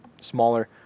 smaller